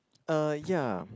uh ya